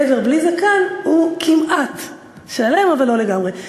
גבר בלי זקן הוא כמעט שלם, אבל לא לגמרי.